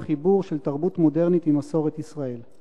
חיבור של תרבות מודרנית עם מסורת ישראל.